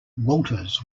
walters